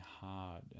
hard